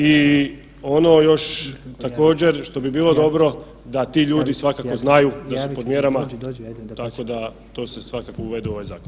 I ono još također što bi bilo dobro da ti ljudi svakako znaju da su pod mjerama, tako da to se svakako uvede u ovaj zakon.